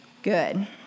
Good